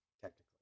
technically